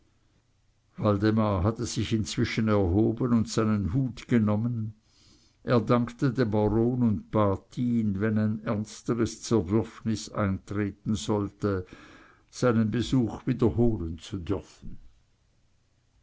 waldemar hatte sich inzwischen erhoben und seinen hut genommen er dankte dem baron und bat ihn wenn ein ernsteres zerwürfnis eintreten sollte seinen besuch wiederholen zu dürfen